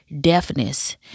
deafness